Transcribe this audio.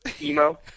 Emo